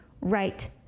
right